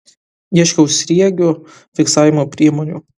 ieškau sriegių fiksavimo priemonių